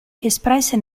espresse